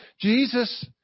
Jesus